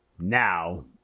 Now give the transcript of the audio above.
Now